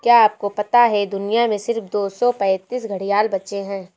क्या आपको पता है दुनिया में सिर्फ दो सौ पैंतीस घड़ियाल बचे है?